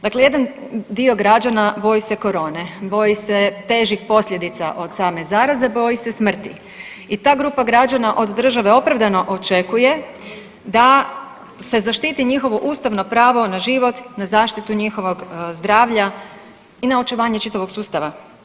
Dakle, jedan dio građana boji se korone, boji se težih posljedica od same zaraze, boji se smrti i ta grupa građana od države opravdano očekuje da se zaštiti njihovo ustavno pravo na život, na zaštitu njihovog zdravlja i na očuvanje čitavog sustava.